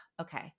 okay